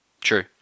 True